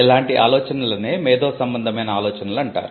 ఇలాంటి ఆలోచనలనే మేధో సంబంధమైన ఆలోచనలు అంటారు